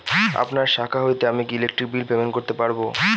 আপনার শাখা হইতে আমি কি ইলেকট্রিক বিল পেমেন্ট করতে পারব?